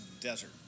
desert